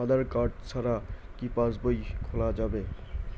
আধার card ছাড়া কি পাসবই খোলা যায়?